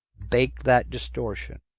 bake that distortion.